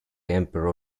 emperor